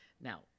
Now